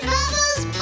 Bubbles